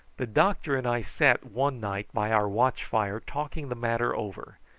the doctor and i sat one night by our watch-fire talking the matter over,